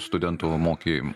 studentų mokėjimų